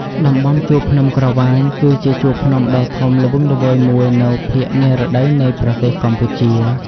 តំបន់ជួរភ្នំក្រវាញ គឺជាជួរភ្នំដ៏ធំល្វឹងល្វើយមួយនៅភាគនិរតីនៃប្រទេសកម្ពុជា។